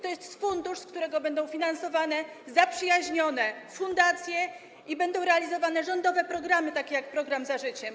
To jest fundusz, z którego będą finansowane zaprzyjaźnione fundacje i będą realizowane rządowe programy takie jak program „Za życiem”